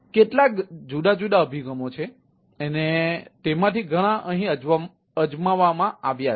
તેથી કેટલાક જુદા જુદા અભિગમો છે અને તેમાંથી ઘણા અહીં અજમાવવામાં આવ્યા છે